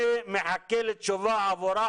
אני מחכה לתשובה עבורה.